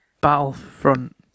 Battlefront